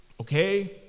okay